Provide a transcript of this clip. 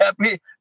happy